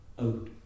out